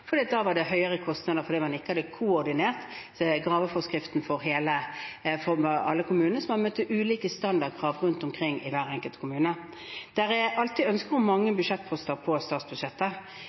Da var det høyere kostnader fordi man ikke hadde koordinert graveforskriften for alle kommuner, og man møtte ulike standardkrav rundt omkring i hver enkelt kommune. Det er alltid ønske om mange budsjettposter på statsbudsjettet.